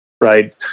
right